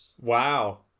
Wow